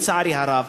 לצערי הרב,